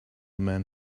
man